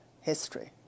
history